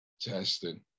testing